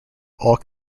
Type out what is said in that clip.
all